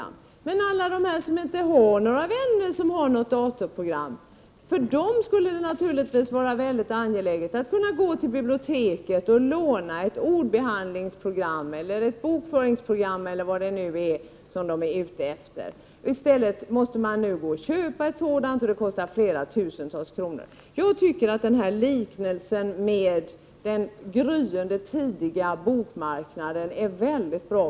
Men de som inte har några vänner som har datorprogram, för dem skulle det naturligtvis vara mycket angeläget att kunna gå till biblioteket och låna ett ordbehandlingsprogram eller ett bokföringsprogram eller vad de är ute efter. I stället måste de nu gå och köpa sådana, vilket kostar tusentals kronor. Jag tycker att liknelsen med den tidiga, gryende bokmarknaden är mycket bra.